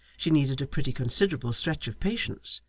she needed a pretty considerable stretch of patience,